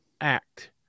act